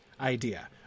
idea